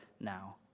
now